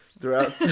Throughout